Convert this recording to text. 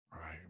Right